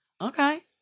Okay